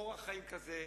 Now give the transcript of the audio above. אורח חיים כזה,